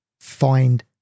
find